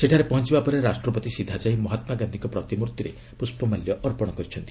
ସେଠାରେ ପହଞ୍ଚବା ପରେ ରାଷ୍ଟ୍ରପତି ସିଧାଯାଇ ମହାତ୍ମାଗାନ୍ଧିଙ୍କ ପ୍ରତିମ୍ଭର୍ତ୍ତିରେ ପୁଷ୍ପମାଲ୍ୟ ଅର୍ପଣ କରିଛନ୍ତି